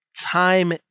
time